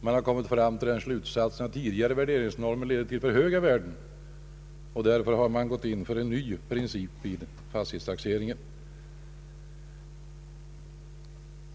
Man har dragit den slutsatsen ait tidigare värderingsnormer lett till alltför höga värden och därför gått in för en ny princip vid fastighetstaxeringen.